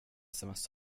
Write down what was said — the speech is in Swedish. sms